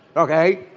ok.